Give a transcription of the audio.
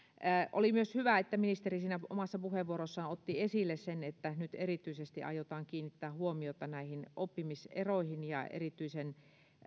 oli myös hyvä että ministeri siinä omassa puheenvuorossaan otti esille sen että nyt erityisesti aiotaan kiinnittää huomiota näihin oppimiseroihin ja erityisen